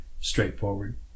straightforward